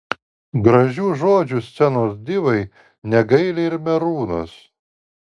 gražių žodžių scenos divai negaili ir merūnas